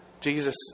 Jesus